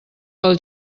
pel